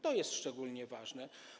To jest szczególnie ważne.